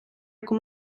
яку